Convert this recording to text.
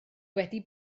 wedi